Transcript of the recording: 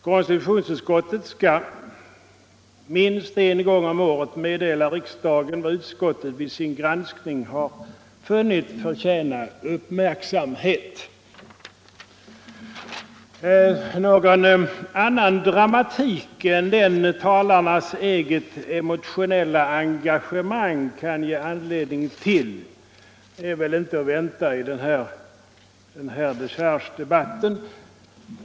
Konstitutionsutskottet skall minst en gång om året meddela riksdagen vad utskottet vid sin granskning funnit förtjäna uppmärksamhet. Någon annan dramatik än den talarnas eget emotionella engagemang kan ge anledning till är väl inte att vänta i den här dechargedebatten.